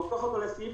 והופך אותו לסעיף